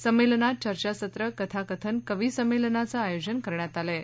संमेलनात चर्चासत्र कथाकथन कविसंमेलनाचं आयोजन करण्यात आलं आहे